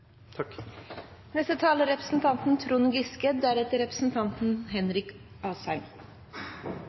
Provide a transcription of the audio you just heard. Neste taler er representanten Henrik Asheim.